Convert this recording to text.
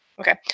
Okay